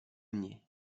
mně